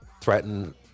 threaten